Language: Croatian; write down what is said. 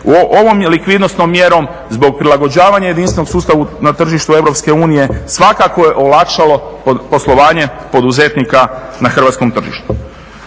Ovom je likvidnosnom mjerom zbog prilagođavanja jedinstvenog sustava na tržištu Europske unije svakako je olakšalo poslovanje poduzetnika na hrvatskom tržištu.